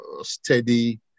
steady